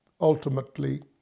ultimately